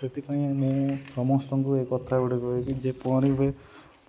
ସେଥିପାଇଁ ମୁଁ ସମସ୍ତଙ୍କୁ ଏ କଥା ଗୁଡ଼େ କହିବି ଯେ ପହଁରି